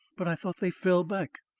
but i thought they fell back.